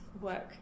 work